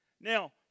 Now